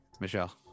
Michelle